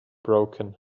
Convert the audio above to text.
broken